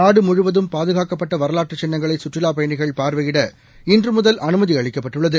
நாடு முழுவதும் பாதுகாக்கப்பட்ட வரலாற்று சின்னங்களை சுற்றுலாப் பயணிகள் பார்வையிட இன்று முதல் அனுமதி அளிக்கப்பட்டுள்ளது